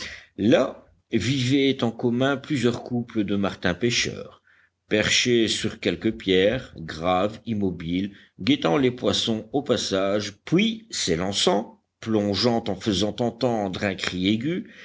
là vivaient en commun plusieurs couples de martinspêcheurs perchés sur quelque pierre graves immobiles guettant les poissons au passage puis s'élançant plongeant en faisant entendre un cri aigu